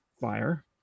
fire